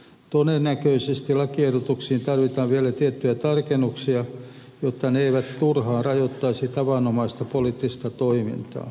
todennäköisesti lakiehdotuksiin tarvitaan vielä tiettyjä tarkennuksia jotta ne eivät turhaan rajoittaisi tavanomaista poliittista toimintaa